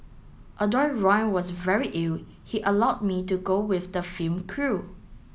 although Ron was very ill he allowed me to go with the film crew